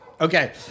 Okay